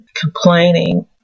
Complaining